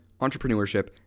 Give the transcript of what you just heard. entrepreneurship